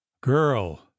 girl